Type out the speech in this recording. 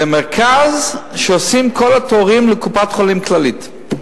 במרכז שבו עושים את כל התורים לקופת-חולים כללית.